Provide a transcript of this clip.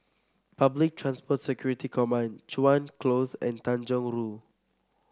Public Transport Security Command Chuan Close and Tanjong Rhu